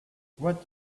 what